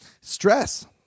stress